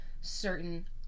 certain